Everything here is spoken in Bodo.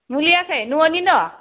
मुलि होआखै न'निनो